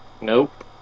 Nope